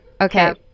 Okay